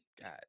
God